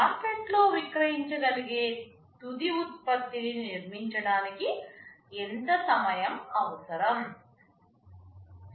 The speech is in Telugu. మార్కెట్లో విక్రయించగలిగే తుది ఉత్పత్తిని నిర్మించడానికి ఎంత సమయం అవసరం